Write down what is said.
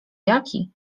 jaki